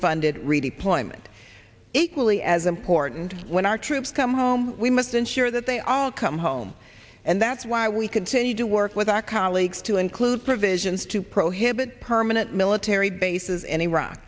funded redeployment equally as important when our troops come home we must ensure that they all come home and that's why we continue to work with our colleagues to include provisions to prohibit permanent military bases in iraq